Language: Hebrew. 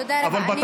תודה רבה.